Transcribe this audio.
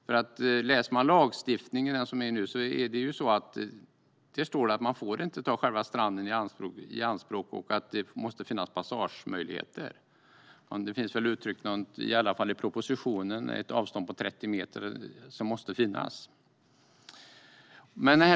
Om man läser lagstiftningen ser man att det står att stranden inte får tas i anspråk och att det måste finnas passagemöjligheter. I alla fall i propositionen uttrycks ett avstånd på 30 meter, som måste finnas.